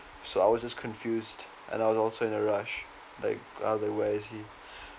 so I was just confused and I was also in a rush like otherwise he